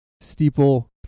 steeple